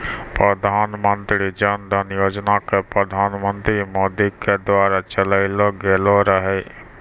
प्रधानमन्त्री जन धन योजना के प्रधानमन्त्री मोदी के द्वारा चलैलो गेलो रहै